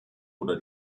oder